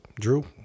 Drew